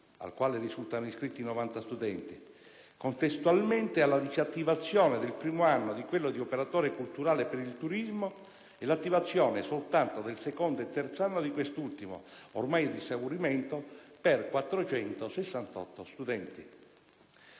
al quale risultano iscritti 90 studenti, contestualmente alla disattivazione del primo anno di quello in operatore culturale per il turismo e l'attivazione soltanto del secondo e terzo anno di quest'ultimo, ormai ad esaurimento, per 468 studenti.